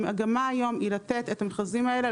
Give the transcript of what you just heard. המגמה היום היא לתת את המכרזים האלה,